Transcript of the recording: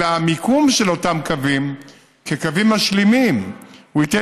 אלא המיקום של אותם קווים כקווים משלימים ייתן